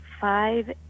Five